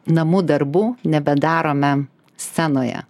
namų darbų nebedarome scenoje